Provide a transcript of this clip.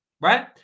right